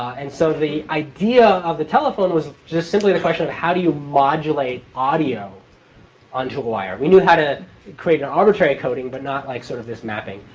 and so the idea of the telephone was just simply the question of how do you modulate audio onto a wire? we knew how to create an arbitrary coding, but not like sort of this mapping.